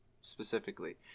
specifically